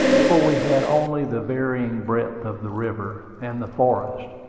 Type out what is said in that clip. for we had only the varying breadth of the river, and the forest.